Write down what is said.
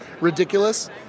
ridiculous